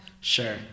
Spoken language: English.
Sure